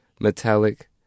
metallic